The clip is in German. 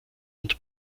und